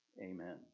Amen